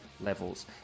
levels